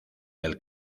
del